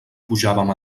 pujàvem